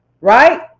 right